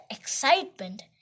excitement